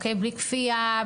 בלי כפייה,